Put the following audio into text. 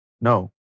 No